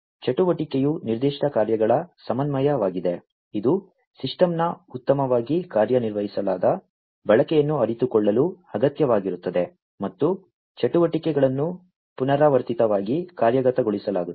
ಚಟುವಟಿಕೆಯು ನಿರ್ದಿಷ್ಟ ಕಾರ್ಯಗಳ ಸಮನ್ವಯವಾಗಿದೆ ಇದು ಸಿಸ್ಟಮ್ನ ಉತ್ತಮವಾಗಿ ವ್ಯಾಖ್ಯಾನಿಸಲಾದ ಬಳಕೆಯನ್ನು ಅರಿತುಕೊಳ್ಳಲು ಅಗತ್ಯವಾಗಿರುತ್ತದೆ ಮತ್ತು ಚಟುವಟಿಕೆಗಳನ್ನು ಪುನರಾವರ್ತಿತವಾಗಿ ಕಾರ್ಯಗತಗೊಳಿಸಲಾಗುತ್ತದೆ